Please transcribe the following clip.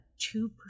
two